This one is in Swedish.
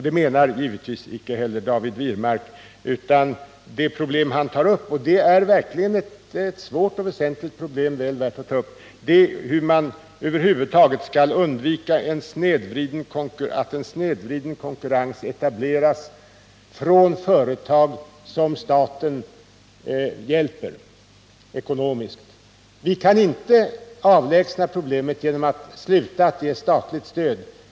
Det menar givetvis icke heller David Wirmark, utan det problem han tar upp — och det är verkligen ett svårt och väsentligt problem, väl värt att ta upp — är hur man över huvud taget skall undvika att en snedvriden konkurrens etableras av företag som staten hjälper ekonomiskt. Vi kan inte avlägsna problemet genom att sluta att ge statligt stöd.